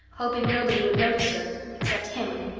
hoping nobody would notice her except him.